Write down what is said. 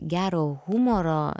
gero humoro